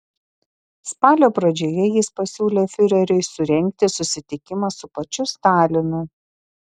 spalio pradžioje jis pasiūlė fiureriui surengti susitikimą su pačiu stalinu